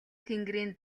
тэнгэрийн